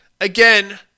again